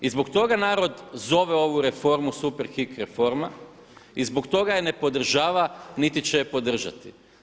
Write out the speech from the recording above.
I zbog toga narod zove ovu reformu super hik reforma i zbog toga je ne podržava niti će je podržati.